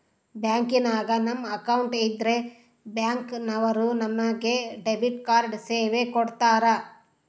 ಬ್ಯಾಂಕಿನಾಗ ನಮ್ಮ ಅಕೌಂಟ್ ಇದ್ರೆ ಬ್ಯಾಂಕ್ ನವರು ನಮಗೆ ಡೆಬಿಟ್ ಕಾರ್ಡ್ ಸೇವೆ ಕೊಡ್ತರ